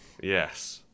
Yes